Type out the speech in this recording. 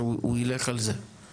צעירים): התשובה שלך מאוד חלקית.